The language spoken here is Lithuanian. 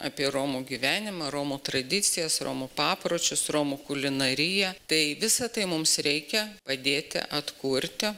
apie romų gyvenimą romų tradicijas romų papročius romų kulinariją tai visa tai mums reikia padėti atkurti